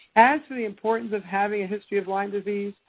as for the importance of having a history of lyme disease,